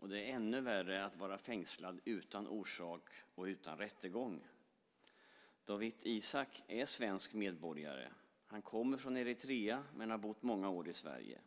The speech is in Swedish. Det är ännu värre att vara fängslad utan orsak och utan rättegång. Dawit Isaak är svensk medborgare. Han kommer från Eritrea men har bott många år i Sverige.